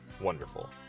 wonderful